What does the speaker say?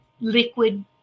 liquid